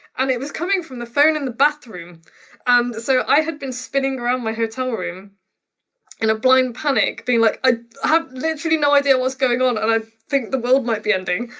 and it was coming from the phone in the bathroom. um and so, i had been spinning around my hotel room in a blind panic being like i have literally no idea what's going on and i think the world might be ending.